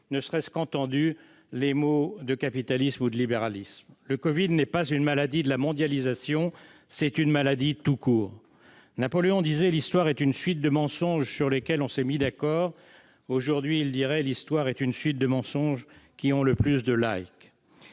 ne serait-ce qu'entendu les mots de capitalisme ou de libéralisme. Le Covid-19 n'est pas une maladie de la mondialisation ; c'est une maladie tout court. Napoléon disait :« L'Histoire est une suite de mensonges sur lesquels on s'est mis d'accord. » Aujourd'hui, il dirait :« L'Histoire est une suite de mensonges qui ont le plus de .»